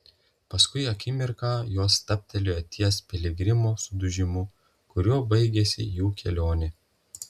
paskui akimirką jos stabtelėjo ties piligrimo sudužimu kuriuo baigėsi jų kelionė